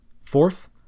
fourth